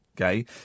Okay